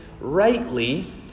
rightly